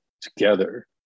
together